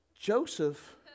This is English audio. Joseph